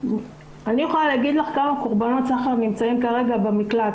אני יכולה להגיד לך כמה קורבנות סחר נמצאים כרגע במקלט,